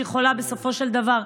שיכולה בסופו של דבר,